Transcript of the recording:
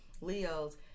Leos